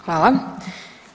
Hvala.